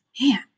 man